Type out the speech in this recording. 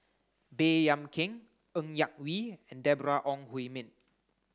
Baey Yam Keng Ng Yak Whee and Deborah Ong Hui Min